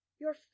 Your